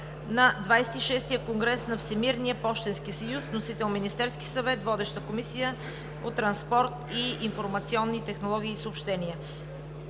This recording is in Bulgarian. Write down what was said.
шестия конгрес на Всемирния пощенски съюз. Вносител е Министерският съвет. Водеща е Комисията по транспорт, информационни технологии и съобщения.